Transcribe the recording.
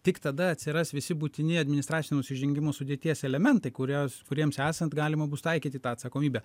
tik tada atsiras visi būtini administracinio nusižengimo sudėties elementai kuriuos kuriems esant galima bus taikyti tą atsakomybę